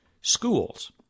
schools